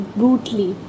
brutally